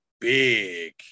big